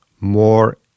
more